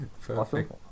Perfect